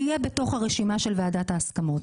תהיה בתוך הרשימה של ועדת ההסכמות.